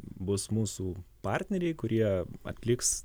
bus mūsų partneriai kurie atliks